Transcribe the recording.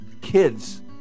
kids